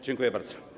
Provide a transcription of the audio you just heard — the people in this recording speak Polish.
Dziękuję bardzo.